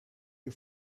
you